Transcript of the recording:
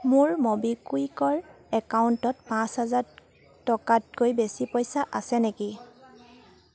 মোৰ ম'বিকুইকৰ একাউণ্টত পাঁচ হাজাৰ টকাতকৈ বেছি পইচা আছে নেকি